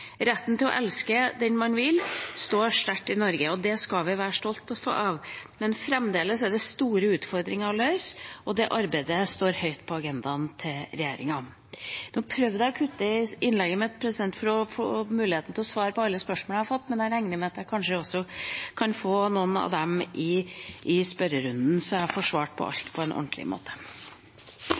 Retten til å elske den man vil, står sterkt i Norge, og det skal vi være stolte av. Men fremdeles er det store utfordringer å løse, og det arbeidet står høyt på agendaen til regjeringa. Nå prøvde jeg å kutte i innlegget mitt for å få mulighet til å svare på alle spørsmålene jeg har fått, men jeg regner med at jeg kanskje også kan få noen av dem i spørrerunden, så jeg får svart på alt på en ordentlig måte.